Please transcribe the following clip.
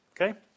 Okay